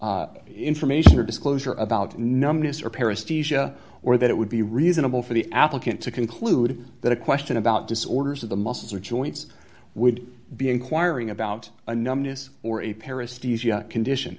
information or disclosure about numbness or paris or that it would be reasonable for the applicant to conclude that a question about disorders of the muscles or joints would be inquiring about a numbness or a paris condition